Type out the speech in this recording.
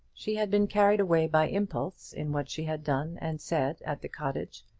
she had been carried away by impulse in what she had done and said at the cottage,